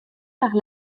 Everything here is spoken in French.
par